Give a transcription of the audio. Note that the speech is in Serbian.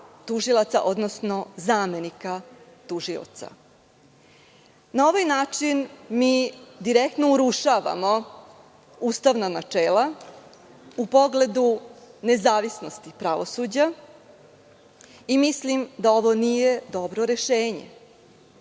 odnosno zamenika tužioca. Na ovaj način mi direktno urušavamo ustavna načela u pogledu nezavisnosti pravosuđa. Mislim da ovo nije dobro rešenje.